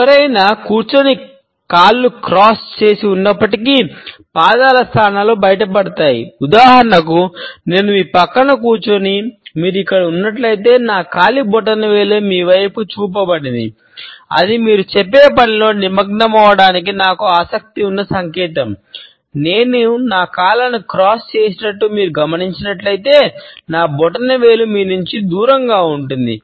ఎవరైనా కూర్చొని కాళ్లు క్రాస్ చేసినట్లు మీరు గమనించినట్లయితే నా బొటనవేలు మీ నుండి దూరంగా ఉంటుంది